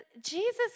Jesus